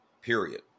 period